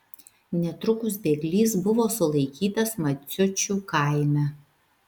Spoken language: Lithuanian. netrukus bėglys buvo sulaikytas maciučių kaime